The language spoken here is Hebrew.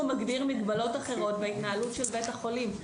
מגדיר מגבלות אחרות בהתנהלות של בית החולים.